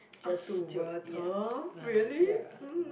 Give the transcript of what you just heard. up to really mmhmm